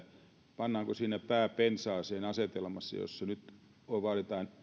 pannaanko siinä pää pensaaseen asetelmassa jossa nyt vaaditaan